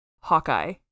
Hawkeye